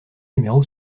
numéro